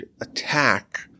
attack